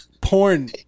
porn